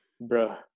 bro